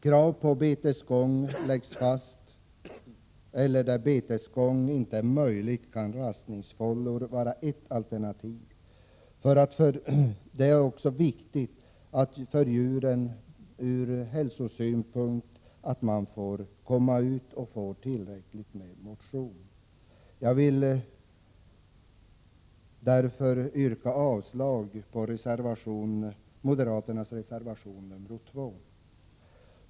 Krav på betesgång läggs fast, eller där betesgång inte är möjlig kan rastningsfållor vara ett alternativ. Det är viktigt för djurens hälsa att de får komma ut och får tillräckligt med motion. Jag yrkar avslag på moderaternas reservation 2.